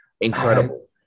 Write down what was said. Incredible